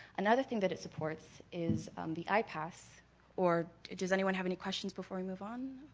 another thing that it supports is the i-pass or does anyone have any questions before we move on?